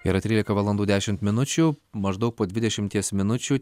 yra trylika valandų dešimt minučių maždaug po dvidešimties minučių